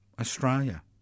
Australia